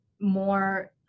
more